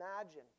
imagine